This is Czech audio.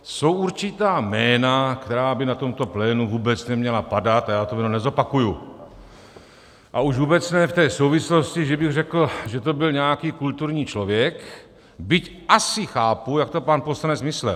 Jsou určitá jména, která by na tomto plénu vůbec neměla padat, a já to jméno nezopakuji, a už vůbec ne v té souvislosti, že bych řekl, že to byl nějaký kulturní člověk, byť asi chápu, jak to pan poslanec myslel.